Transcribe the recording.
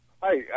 Hi